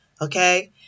Okay